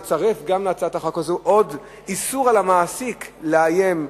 לצרף להצעת החוק הזו איסור על המעסיק לאיים,